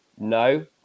no